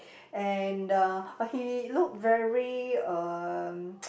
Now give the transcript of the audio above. and uh but he look very uh